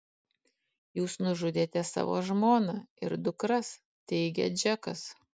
jūs nužudėte savo žmoną ir dukras teigia džekas